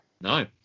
No